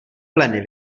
pleny